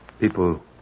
People